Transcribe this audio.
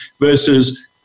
versus